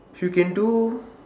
if you can do